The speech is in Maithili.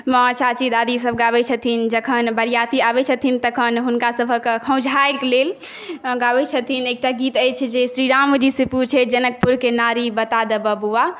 माँ चाची दादी सभ गाबै छथिन जखन बरियाती आबै छथिन तखन हुनका सभक खौझाएके लेल गाबै छथिन एकटा गीत अछि जे श्री राम जी से पुछय जनकपुरकेँ नारी बतादऽ बबुआ